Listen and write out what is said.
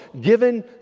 given